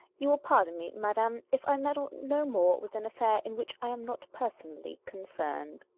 you will pardon me, madam, if i meddle no more with an affair in which i am not personally concerned.